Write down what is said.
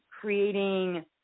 creating